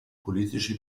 politische